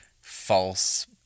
false